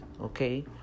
okay